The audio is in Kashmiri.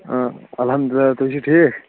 ٕاں الحمدُاللہ تُہۍ چھِو ٹھیٖک